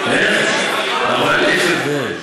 בבקשה?